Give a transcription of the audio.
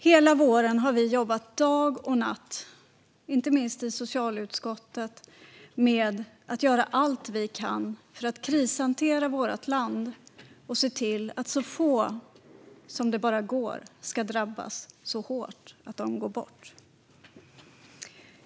Hela våren har vi jobbat dag och natt, inte minst i socialutskottet, med att göra allt vi kan för att krishantera vårt land och se till att så få som det bara går drabbas så hårt att de går bort.